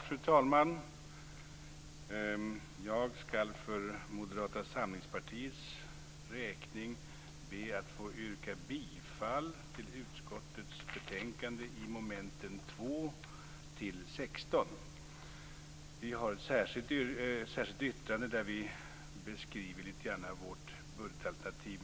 Fru talman! Jag skall för Moderata samlingspartiets räkning be att få yrka bifall till hemställan i utskottets betänkande i mom. 2-16. Vi har ett särskilt yttrande där vi lite grann beskriver vårt budgetalternativ.